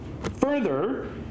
Further